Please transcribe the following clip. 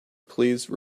please